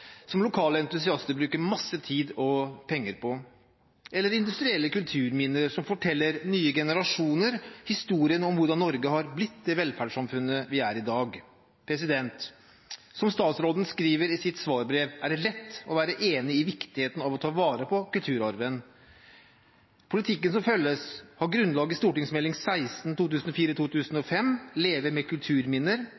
som lokale entusiaster bruker masse tid og penger på, eller industrielle kulturminner som forteller nye generasjoner historien om hvordan Norge har blitt det velferdssamfunnet det er i dag. Som statsråden skriver i sitt svarbrev, er det lett å være enig i viktigheten av å ta vare på kulturarven. Politikken som følges, har grunnlag i St. meld. nr. 16